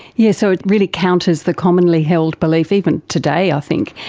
yes, so it really counters the commonly held belief, even today i think,